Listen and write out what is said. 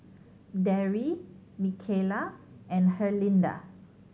Darry Mikalah and Herlinda